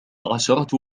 عشرة